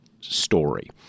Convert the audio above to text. story